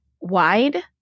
wide